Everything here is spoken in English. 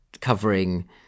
covering